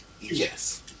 Yes